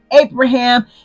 Abraham